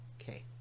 Okay